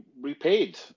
repaid